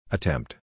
Attempt